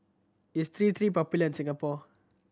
is T Three popular in Singapore